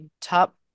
top